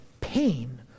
pain